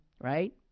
right